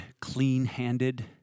clean-handed